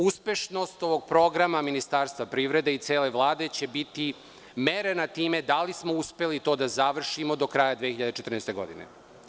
Uspešnost ovog programa Ministarstva privrede i cele Vlade će biti merena time da li smo uspeli to da završimo do kraja 2014. godine.